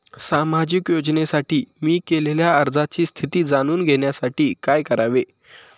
सामाजिक योजनेसाठी मी केलेल्या अर्जाची स्थिती जाणून घेण्यासाठी काय करावे?